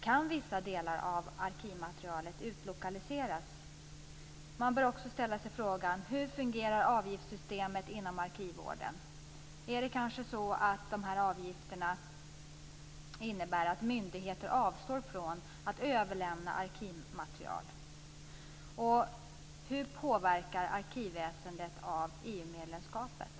Kan vissa delar av arkivmaterialet utlokaliseras? Man bör också ställa sig frågan: Hur fungerar avgiftssystemet inom arkivvården? Innebär avgifterna att myndigheter avstår från att överlämna arkivmaterial? Hur påverkas arkivväsendet av EU medlemskapet?